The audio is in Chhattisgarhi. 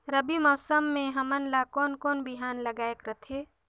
रबी मौसम मे हमन ला कोन कोन बिहान लगायेक रथे?